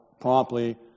Promptly